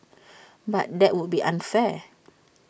but that would be unfair